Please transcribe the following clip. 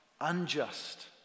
unjust